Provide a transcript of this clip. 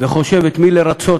וחושב את מי לרַצות